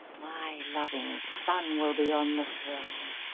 my loving son will be on the throne,